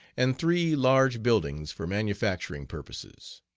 and three large buildings for manufacturing purposes.